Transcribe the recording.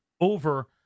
over